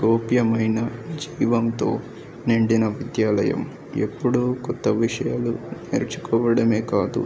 గోప్యమైన జీవంతో నిండిన విద్యాలయం ఎప్పుడూ కొత్త విషయాలు నేర్చుకోవడమే కాదు